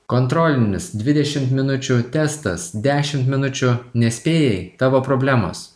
kontrolinis dvidešimt minučių testas dešimt minučių nespėjai tavo problemos